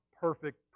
perfect